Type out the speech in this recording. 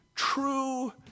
true